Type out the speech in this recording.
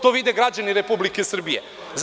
To vide građani Republike Srbije…